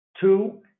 two